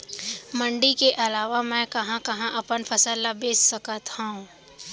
मण्डी के अलावा मैं कहाँ कहाँ अपन फसल ला बेच सकत हँव?